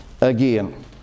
again